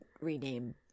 rename